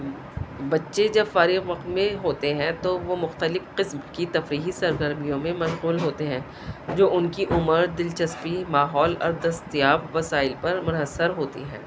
بچے جب فارغ وقت میں ہوتے ہیں تو وہ مختلف قسم کی تفریحی سرگرمیوں میں مشغول ہوتے ہیں جو ان کی عمر دلچسپی ماحول اور دستیاب وسائل پر منحصر ہوتی ہیں